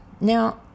Now